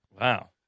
wow